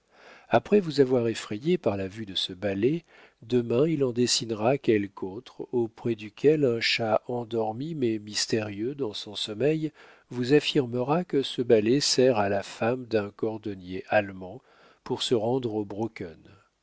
après vous avoir effrayé par la vue de ce balai demain il en dessinera quelque autre auprès duquel un chat endormi mais mystérieux dans son sommeil vous affirmera que ce balai sert à la femme d'un cordonnier allemand pour se rendre au broken